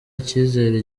ikizere